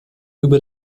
über